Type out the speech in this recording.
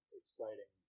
exciting